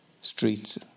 streets